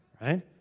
right